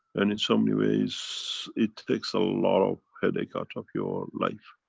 and in so many ways, it takes a lot of headache out of your life.